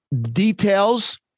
Details